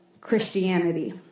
Christianity